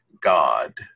God